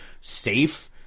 safe